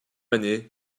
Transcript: année